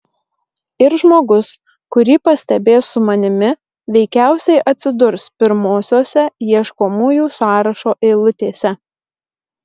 ir žmogus kurį pastebės su manimi veikiausiai atsidurs pirmosiose ieškomųjų sąrašo eilutėse